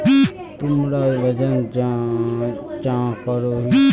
तुमरा वजन चाँ करोहिस?